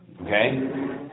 Okay